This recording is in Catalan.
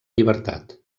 llibertat